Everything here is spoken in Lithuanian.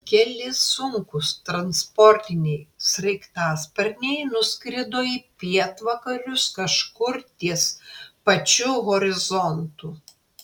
keli sunkūs transportiniai sraigtasparniai nuskrido į pietvakarius kažkur ties pačiu horizontu